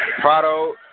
Prado